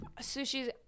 sushi